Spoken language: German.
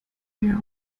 wir